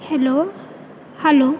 hello hello